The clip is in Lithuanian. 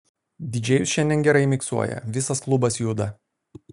didžėjus šiandien gerai miksuoja visas klubas juda